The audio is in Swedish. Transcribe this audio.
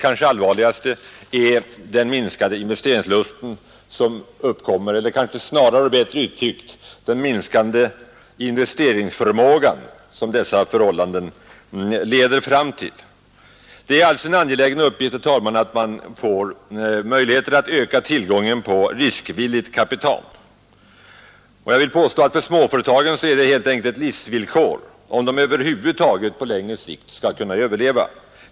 Kanske allvarligast är den minskade investeringslust eller kanske bättre uttryckt den minskande investeringsförmåga som dessa förhållanden leder fram till. Det är alltså en angelägen uppgift, herr talman, att vi får möjligheter att öka tillgången på riskvilligt kapital. Jag vill påstå att för småföretagen är detta helt enkelt ett livsvillkor, om de över huvud taget på längre sikt skall kunna överleva.